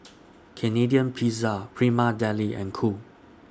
Canadian Pizza Prima Deli and Cool